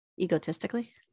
Egotistically